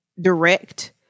direct